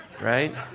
right